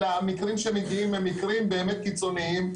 המקרים שמגיעים הם מקרים באמת קיצוניים,